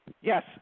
Yes